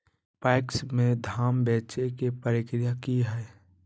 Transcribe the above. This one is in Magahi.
पैक्स में धाम बेचे के प्रक्रिया की हय?